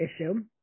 issue